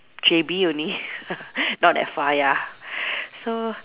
J_B only not that far ya so